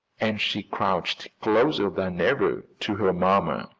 and she crouched closer than ever to her mamma.